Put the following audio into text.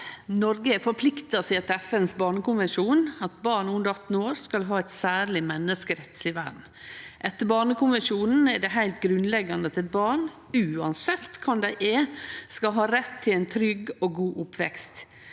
Noreg har for- plikta seg etter FNs barnekonvensjon: at barn under 18 år skal ha eit særleg menneskerettsleg vern. Etter barnekonvensjonen er det heilt grunnleggjande at eit barn, uansett kven det er, skal ha rett til ein trygg og god oppvekst.